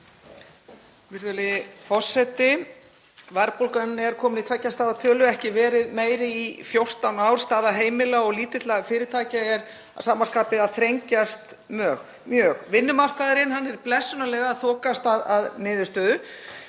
Virðulegi forseti. Verðbólgan er komin í tveggja stafa tölu og hefur ekki verið meiri í 14 ár. Staða heimila og lítilla fyrirtækja er að sama skapi að þrengjast mjög. Vinnumarkaðurinn er blessunarlega að þokast að niðurstöðu